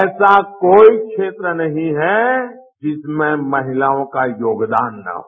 ऐसा कोई क्षेत्र नहीं है जिसमें महिलाओं का योगदान न हो